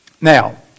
Now